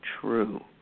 true